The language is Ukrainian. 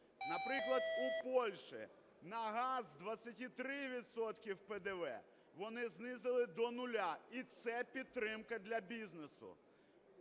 наприклад, у Польщі на газ з 23 відсотків ПДВ вони знизили до нуля. І це підтримка для бізнесу.